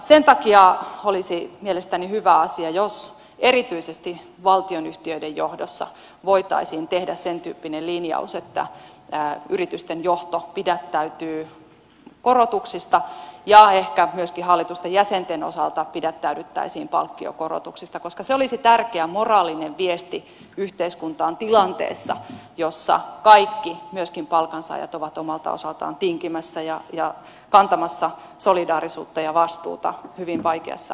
sen takia olisi mielestäni hyvä asia jos erityisesti valtionyhtiöiden johdossa voitaisiin tehdä sen tyyppinen linjaus että yritysten johto pidättäytyy korotuksista ja ehkä myöskin hallitusten jäsenten osalta pidättäydyttäisiin palkkionkorotuksista koska se olisi tärkeä moraalinen viesti yhteiskuntaan tilanteessa jossa kaikki myöskin palkansaajat ovat omalta osaltaan tinkimässä ja kantamassa solidaarisuutta ja vastuuta hyvin vaikeassa taloudellisessa tilanteessa